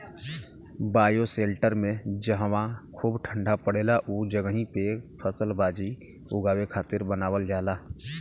bioshelter में जहवा खूब ठण्डा पड़ेला उ जगही पे फलसब्जी उगावे खातिर बनावल जाला